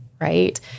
right